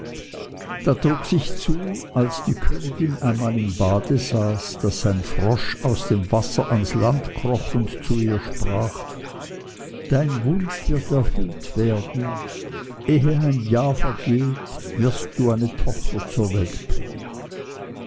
da trug sich zu als die königin einmal im bade saß daß ein frosch aus dem wasser ans land kroch und zu ihr sprach dein wunsch wird erfüllt werden ehe ein jahr vergeht wirst du eine tochter zur welt bringen